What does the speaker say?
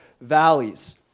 valleys